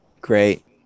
Great